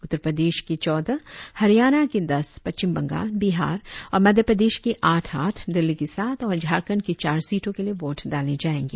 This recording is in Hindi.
उत्तर प्रदेश की चौदह हरियाणा की दस पश्चिम बंगाल बिहार और मध्य प्रदेश की आठ आठ दिल्ली की सात और झारखंड की चार सीटों के लिए वोट डाले जाएंगे